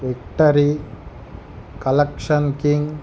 victory collection king